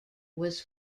was